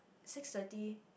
six thirty